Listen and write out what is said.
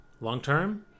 long-term